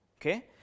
okay